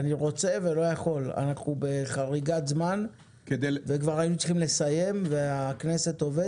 אנחנו בחריגת זמן וכבר היינו צריכים לסיים והכנסת עובדת.